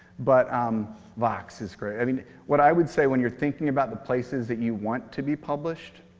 but um vox is great. i mean, what i would say when you're thinking about the places that you want to be published,